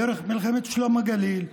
דרך מלחמת שלום הגליל,